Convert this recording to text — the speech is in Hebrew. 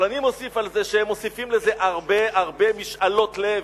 אבל אני מוסיף על זה שהם מוסיפים לזה הרבה הרבה משאלות לב,